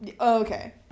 Okay